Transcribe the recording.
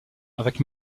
avec